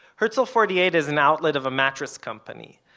herzl forty eight is an outlet of a mattress company,